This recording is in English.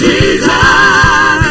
Jesus